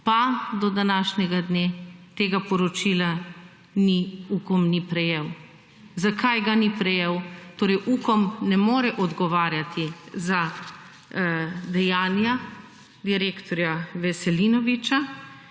pa do današnjega dne tega poročila Ukom ni prejel. Zakaj ga ni prejel? Torej Ukom ne more odgovarjati za dejanja direktorja Veselinoviča,